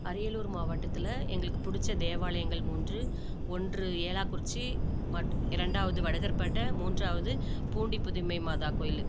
அரியலூர் மாவட்டத்தில் எங்களுக்குப் பிடிச்ச தேவாலயங்கள் மூன்று ஒன்று ஏலாக்குறிச்சி மற் இரண்டாவது வடுகர்பேட்டை மூன்றாவது பூண்டி புதுமை மாதா கோயில்